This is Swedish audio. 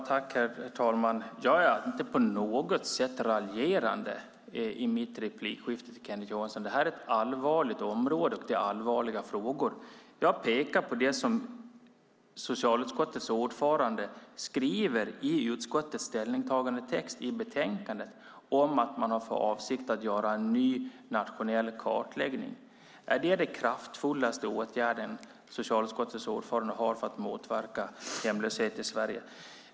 Herr talman! Jag är inte på något sätt raljerande i mitt replikskifte med Kenneth Johansson. Det här är ett allvarligt område, och det är allvarliga frågor. Jag pekar på det som socialutskottets ordförande skriver i utskottets ställningstagandetext i betänkandet, att man har för avsikt att göra en ny nationell kartläggning. Är det den kraftfullaste åtgärden från socialutskottets ordförande för att motverka hemlöshet i Sverige?